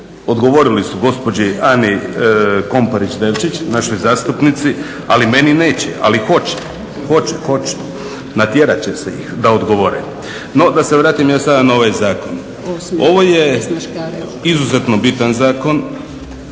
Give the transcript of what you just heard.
odgovorili su gospođi Ani Komparić Devčić našoj zastupnici, ali meni neće. Ali hoće, hoće. Natjerat će se ih da odgovore. No, da se vratim ja sada na ovaj zakon. Ovo je izuzetno bitan zakon,